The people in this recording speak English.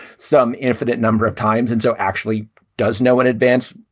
some infinite number of times, and so actually does know in advance.